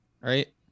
right